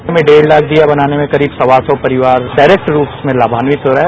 उन्हें डेढ़ लाख दीया बनाने में करीब सवा सौ परिवार डायरेक्ट रूप से लाभान्वित हो रहा है